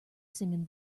singing